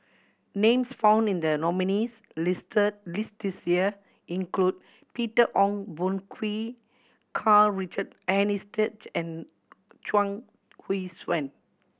names found in the nominees' listed list this year include Peter Ong Boon Kwee Karl Richard Hanitsch and Chuang Hui Tsuan